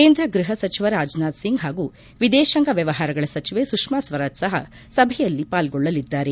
ಕೇಂದ್ರ ಗೃಹ ಸಚಿವ ರಾಜನಾಥ್ ಸಿಂಗ್ ಹಾಗೂ ವಿದೇಶಾಂಗ ಮ್ಲವಹಾರಗಳ ಸಚಿವೆ ಸುಷ್ನಾ ಸ್ವರಾಜ್ ಸಹ ಸಭೆಯಲ್ಲಿ ಪಾರ್ಗೊಳ್ಳಲಿದ್ದಾರೆ